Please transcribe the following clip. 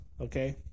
Okay